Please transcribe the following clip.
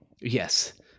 yes